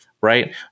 right